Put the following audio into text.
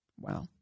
Wow